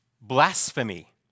blasphemy